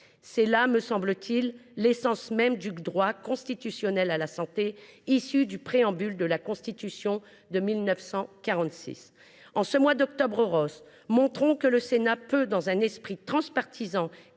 C’est là, me semble t il, l’essence même du droit constitutionnel à la santé, issu du préambule de la Constitution de 1946. En ce mois d’Octobre rose, montrons que le Sénat peut, dans un esprit transpartisan